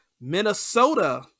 Minnesota